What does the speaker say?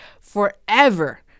forever